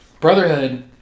Brotherhood